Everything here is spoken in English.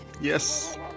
Yes